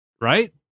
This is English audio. Right